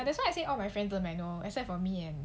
ya that's why I say all my friends learn manual except for me and